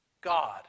God